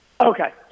Okay